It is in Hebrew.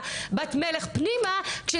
זה